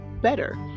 better